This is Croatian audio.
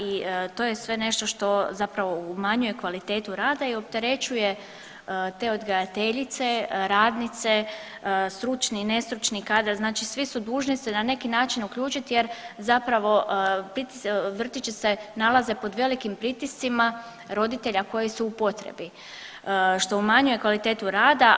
I to je sve nešto što zapravo umanjuje kvalitetu rada i opterećuje te odgajateljice, radnice, stručni i nestručni kadar znači svi su dužni se na neki način uključiti jer zapravo vrtići se nalaze pod velikim pritiscima roditelja koji su u potrebi što umanjuje kvalitetu rada.